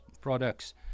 products